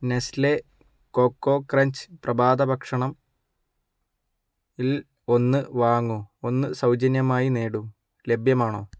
Nestle Koko Krunch പ്രഭാതഭക്ഷണമിൽ ഒന്ന് വാങ്ങൂ ഒന്ന് സൗജന്യമായി നേടൂ ലഭ്യമാണോ